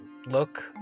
look